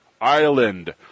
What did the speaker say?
island